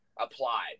applied